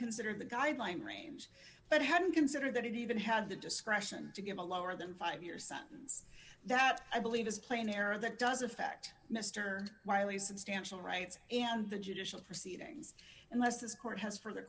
considered the guideline range but hadn't considered that it even have the discretion to give a lower than five year sentence that i believe is playing error that does affect mr wiley substantial rights and the judicial proceedings unless this court has for the